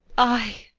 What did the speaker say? ay,